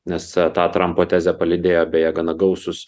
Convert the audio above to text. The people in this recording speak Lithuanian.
nes tą trampo tezę palydėjo beje gana gausūs